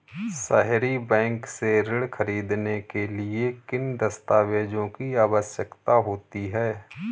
सहरी बैंक से ऋण ख़रीदने के लिए किन दस्तावेजों की आवश्यकता होती है?